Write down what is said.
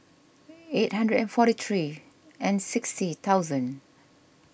eight hundred and forty six and sixty thousand